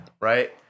right